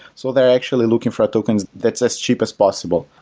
so they're actually looking for a tokens that's as cheap as possible.